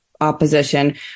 opposition